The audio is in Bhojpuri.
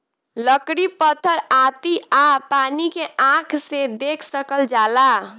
लकड़ी पत्थर आती आ पानी के आँख से देख सकल जाला